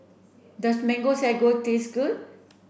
does mango sago taste good